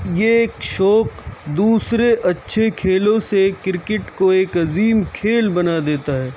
یہ ایک شوق دوسرے اچّھے کھیلوں سے کرکٹ کو ایک عظیم کھیل بنا دیتا ہے